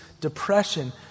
depression